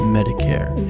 Medicare